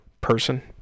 person